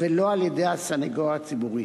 ולא על-ידי הסניגוריה הציבורית.